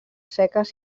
seques